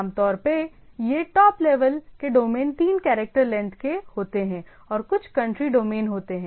आमतौर पर ये टॉप लेवल के डोमेन तीन कैरेक्टर लेंथ के होते हैं और कुछ कंट्री डोमेन होते हैं